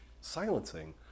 silencing